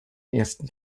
ersten